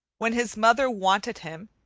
when his mother wanted him,